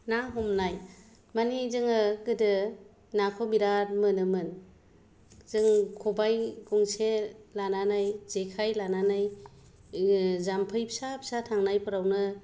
ना हमनाय माने जोङो गोदो नाखौ बिराद मोनोमोन जों खबाइ गंसे लानानै जेखाइ लानानै जामफै फिसा फिसा थांनायफोरावनो